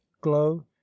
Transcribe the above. glow